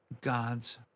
God's